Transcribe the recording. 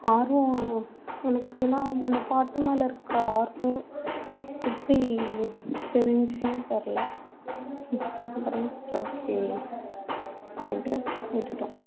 ஆர்வம் எனக்குலான் அந்த பாட்டுமேல இருக்க ஆர்வம் எப்டி தெரிஞ்சிச்சினே தெர்ல அப்பறம் ஓகே அப்டின்ட்டு விட்டுட்டோம்